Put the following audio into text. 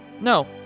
No